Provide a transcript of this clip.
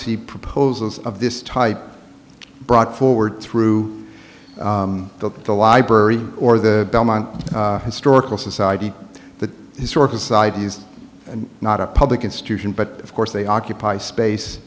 see proposals of this type brought forward through the library or the belmont historical society the historical societies and not a public institution but of course they occupy space